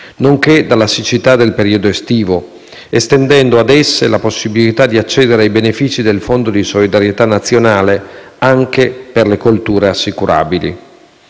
nonché dalla siccità del periodo estivo, estendendo ad esse la possibilità di accedere ai benefici del Fondo di solidarietà nazionale anche per le colture assicurabili.